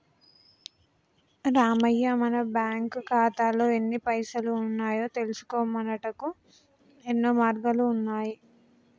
రామయ్య మన బ్యాంకు ఖాతాల్లో ఎన్ని పైసలు ఉన్నాయో తెలుసుకొనుటకు యెన్నో మార్గాలు ఉన్నాయి